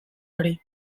hori